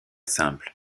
simple